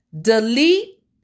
delete